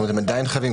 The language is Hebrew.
הם עדיין חייבים,